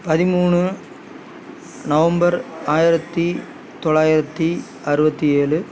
பதிமூணு நவம்பர் ஆயிரத்து தொள்ளாயிரத்து அருபத்தி ஏழு